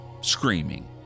screaming